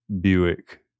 Buick